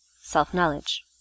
self-knowledge